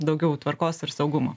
daugiau tvarkos ir saugumo